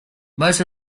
most